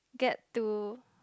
get to